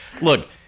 look